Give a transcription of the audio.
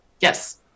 Yes